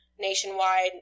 nationwide